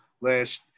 last –